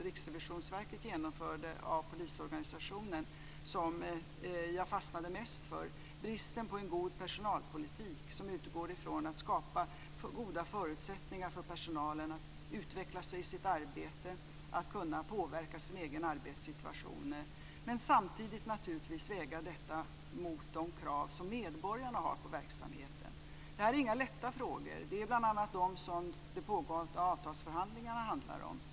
Riksrevisionsverket genomförde av polisorganisationen som jag fastnade mest för, och det var bristen på en god personalpolitik som utgår ifrån att skapa goda förutsättningar för personalen att utveckla sig i sitt arbete och att kunna påverka sin egen arbetssituation. Samtidigt måste man väga detta krav mot de krav som medborgarna har på verksamheten. Det här är inga lätta frågor. Det är bl.a. sådana frågor som de pågående avtalsförhandlingarna handlar om.